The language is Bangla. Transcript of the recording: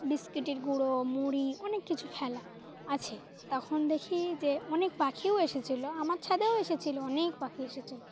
বিস্কিটের গুঁড়ো মুড়ি অনেক কিছু ফেলা আছে তখন দেখি যে অনেক পাখিও এসেছিলো আমার ছাদেও এসেছিলো অনেক পাখি এসেছিলো